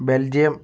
Belgium